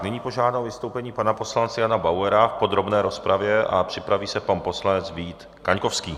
Nyní požádám o vystoupení pana poslance Jana Bauera v podrobné rozpravě a připraví se pan poslanec Vít Kaňkovský.